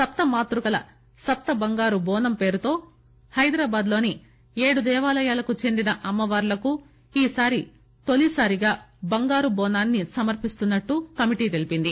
సప్తమాత్పకల సప్త బంగారు బోనం పేరుతో హైదరాబాద్లోని ఏడు దేవాలయాలకు చెందిన అమ్మవార్లకు ఈ సారి తోలిసారిగా బంగారు బోనాన్ని సమర్పిస్తున్నట్టు కమిటీ తెలిపింది